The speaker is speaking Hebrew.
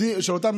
שילמדו נראה.